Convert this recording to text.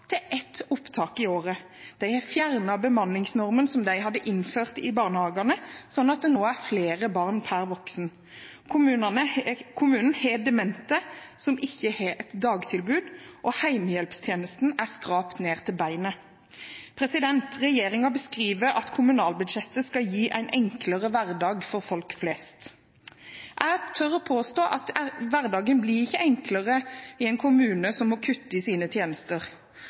til ett opptak i året. De har fjernet bemanningsnormen som de hadde innført i barnehagene, slik at det nå er flere barn per voksen. Kommunen har demente som ikke har et dagtilbud, og hjemmehjelpstjenesten er skrapt ned til beinet. Regjeringen beskriver at kommunalbudsjettet skal gi en enklere hverdag for folk flest. Jeg tør påstå at hverdagen ikke blir enklere i en kommune som må kutte i sine tjenester.